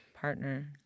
Partner